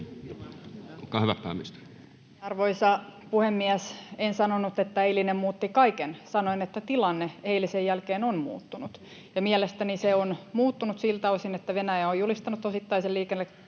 Arvoisa puhemies! En sanonut, että eilinen muutti kaiken. Sanoin, että tilanne eilisen jälkeen on muuttunut, ja mielestäni se on muuttunut siltä osin, että Venäjä on julistanut osittaisen liikekannallepanon.